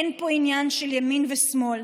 אין פה עניין של ימין ושמאל.